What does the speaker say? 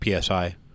PSI